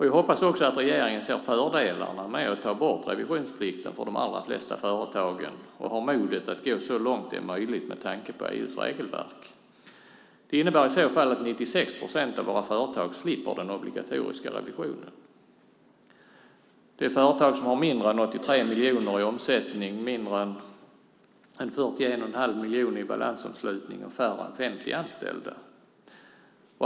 Jag hoppas också att regeringen ser fördelarna med att ta bort revisionsplikten för de allra flesta företag och har modet att gå så långt det är möjligt med tanke på EU:s regelverk. Det innebär i så fall att 96 procent av våra företag slipper den obligatoriska revisionen. Det är företag som har mindre än 83 miljoner kronor i omsättning, mindre än 41,5 miljoner kronor i balansomslutning och färre än 50 anställda.